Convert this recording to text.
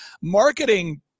marketing